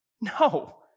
No